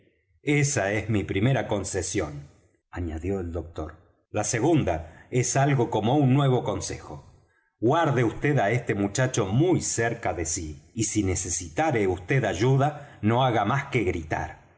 esa es mi primera concesión añadió el doctor la segunda es algo como un nuevo consejo guarde vd á este muchacho muy cerca de sí y si necesitare vd ayuda no haga más que gritar